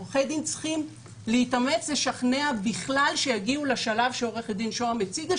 עורכי דין צריכים להתאמץ לשכנע בכלל שיגיעו לשלב שעורכת דין שהם הציגה,